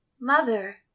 Mother